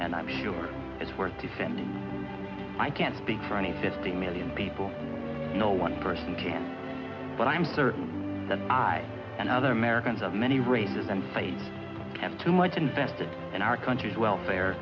and i'm sure it's worth defending i can't speak for any fifty million people no one person can but i'm certain that i and other americans of many races and place have too much invested in our country's welfare